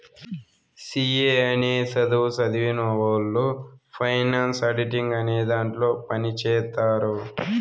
C A అనే సధువు సదివినవొళ్ళు ఫైనాన్స్ ఆడిటింగ్ అనే దాంట్లో పని చేత్తారు